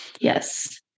Yes